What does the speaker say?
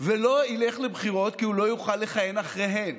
ולא ילך לבחירות, כי הוא לא יוכל לכהן אחריהן.